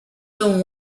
till